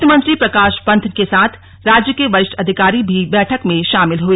वित्त मंत्री प्रकाश पंत के साथ राज्य के वरिष्ठ अधिकारी भी बैठक में शामिल हुए